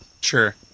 Sure